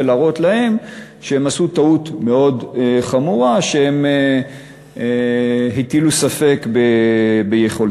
ולהראות להם שהם עשו טעות מאוד חמורה כשהם הטילו ספק ביכולתנו.